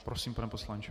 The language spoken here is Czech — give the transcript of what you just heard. Prosím, pane poslanče.